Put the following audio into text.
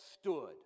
stood